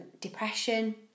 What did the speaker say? depression